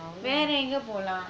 வேற எங்க போலாம்:vera enga polam